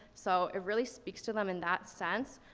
so it really speaks to them in that sense,